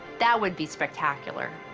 that would be spectacular.